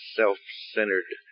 self-centered